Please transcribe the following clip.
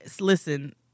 listen